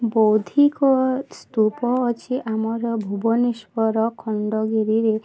ବୌଦ୍ଧିକ ସ୍ତୁପ ଅଛି ଆମର ଭୁବନେଶ୍ୱର ଖଣ୍ଡଗିରିରେ